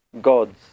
gods